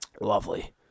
Lovely